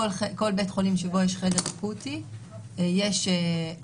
כל בית חולים שבו יש חדר אקוטי יש הגדרה